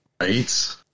Right